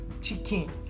chicken